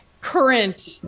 current